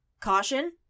caution